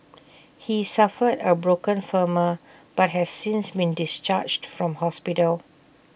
he suffered A broken femur but has since been discharged from hospital